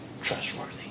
trustworthy